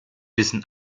wissen